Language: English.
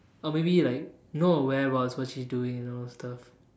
or maybe like know her whereabouts what she's doing and all that stuff